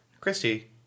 Christy